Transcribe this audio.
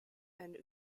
and